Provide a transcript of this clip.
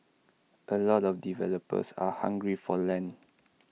A lot of developers are hungry for land